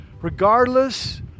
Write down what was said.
regardless